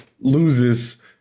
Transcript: loses